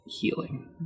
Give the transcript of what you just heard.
healing